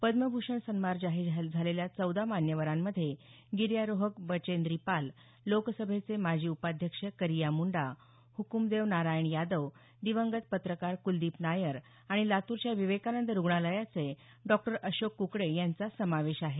पद्मभूषण सन्मान जाहीर झालेल्या चौदा मान्यवरांमध्ये गिर्यारोहक बचेंद्री पाल लोकसभेचे माजी उपाध्यक्ष करिया मुंडा हक्मदेव नारायण यादव दिवंगत पत्रकार कुलदीप नायर आणि लातूरच्या विवेकानंद रुग्णालयाचे डॉ अशोक कुकडे यांचा समावेश आहे